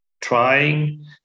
trying